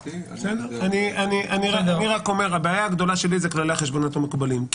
הבעיה הגדולה שלי זה כללי החשבונאות המקובלים,